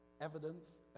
evidence